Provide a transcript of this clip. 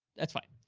that's fine.